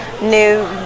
new